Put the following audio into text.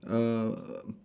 err